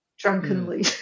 Drunkenly